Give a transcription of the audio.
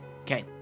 Okay